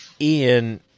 Ian